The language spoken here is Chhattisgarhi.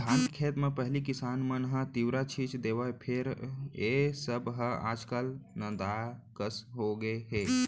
धान के खेत म पहिली किसान मन ह तिंवरा छींच देवय फेर ए सब हर आज काल नंदाए कस होगे हे